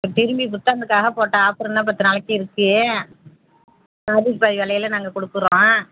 திரும்பி புத்தாண்டுக்காக போட்ட ஆஃபர் இன்னும் பத்து நாளைக்கு இருக்குது பாதிக்கு பாதி விலையில நாங்கள் கொடுக்குறோம்